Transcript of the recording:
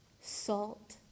salt